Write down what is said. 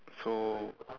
so